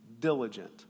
diligent